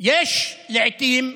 יש פרוטקציות,) יש לעיתים,